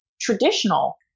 traditional